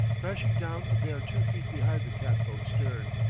crashed down a bare two feet behind the cat-boat's stern.